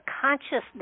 consciousness